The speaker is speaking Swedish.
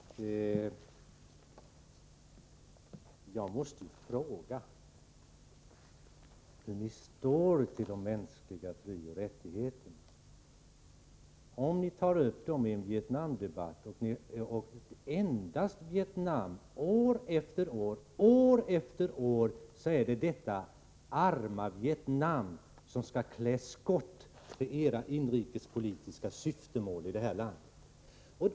Herr talman! Jag måste fråga var ni står när det gäller de mänskliga frioch rättigheterna, om ni tar upp dessa i en Vietnamdebatt — och endast i en Vietnamdebatt. År efter år är det detta arma Vietnam som skall klä skott för era inrikespolitiska syften.